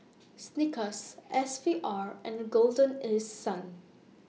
Snickers S V R and Golden East Sun